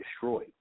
destroyed